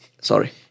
Sorry